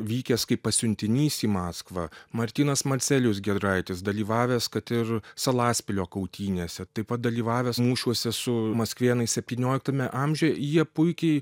vykęs kaip pasiuntinys į maskvą martynas marcelijus giedraitis dalyvavęs kad ir salaspilio kautynėse taip pat dalyvavęs mūšiuose su maskvėnais septynioliktame amžiuje jie puikiai